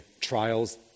trials